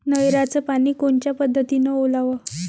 नयराचं पानी कोनच्या पद्धतीनं ओलाव?